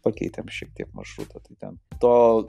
pakeitėm šiek tiek maršrutą tai ten to